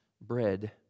bread